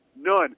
None